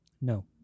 No